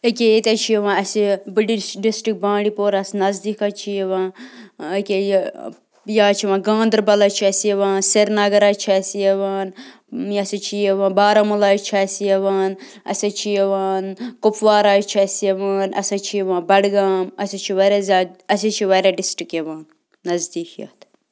ییٚکیٛاہ ییٚتہِ حظ چھِ یِوان اَسہِ بٔڈ ہِش ڈِسٹِرٛک بانڈی پوراہَس نزدیٖک حظ چھِ یِوان ییٚکیٛاہ یہِ یہِ حظ چھِ یِوان گانٛدَربل حظ چھِ اَسہِ یِوان سرینگر حظ چھِ اَسہِ یِوان یہِ ہَسا چھِ یِوان بارہمولہ حظ چھِ اَسہِ یِوان اَسہِ حظ چھِ یِوان کُپوارہ حظ چھِ اَسہِ یِوان اَسہِ حظ چھِ یِوان بَڈگام اَسہِ حظ چھِ واریاہ زیادٕ اَسہِ حظ چھِ واریاہ ڈِسٹِرٛک یِوان نزدیٖک یَتھ